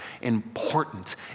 important